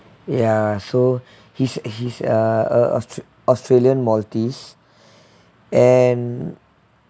ya so he's he's a a aus~ australian maltese and